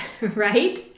right